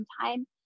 time